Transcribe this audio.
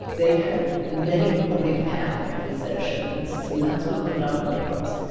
they had many homeopathic physicians. and that's who her doctor was,